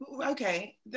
okay